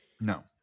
no